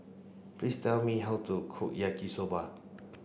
please tell me how to cook Yaki Soba